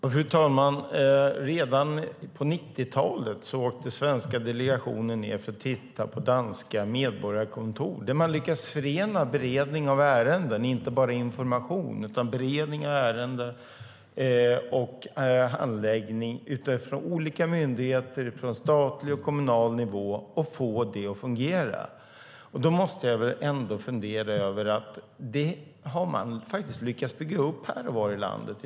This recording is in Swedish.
Fru talman! Redan på 1990-talet åkte svenska delegationer ned för att titta på danska medborgarkontor, där hade lyckats förena inte bara information utan också beredning av ärenden och handläggning av olika myndigheter på statlig och kommunal nivå och få det att fungera. Detta har man faktiskt lyckats bygga upp här och var här i landet.